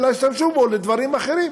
אלא השתמשו בו לדברים אחרים.